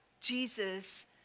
Jesus